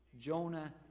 Jonah